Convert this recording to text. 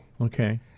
Okay